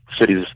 cities